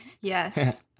Yes